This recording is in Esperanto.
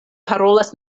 parolas